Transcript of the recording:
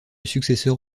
successeur